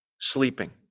Sleeping